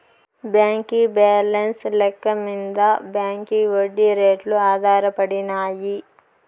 బాంకీ బాలెన్స్ లెక్క మింద బాంకీ ఒడ్డీ రేట్లు ఆధారపడినాయి